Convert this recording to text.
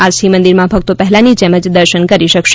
આજથી મંદિરમાં ભક્તો પહેલાની જેમ જ દર્શન કરી શકશે